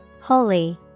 holy